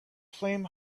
flame